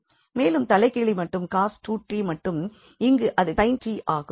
மேலும் தலைகீழி மறுபடியும் cos 2𝑡 மற்றும் இங்கு அது sin 𝑡ஆகும்